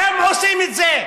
הם עושים את זה.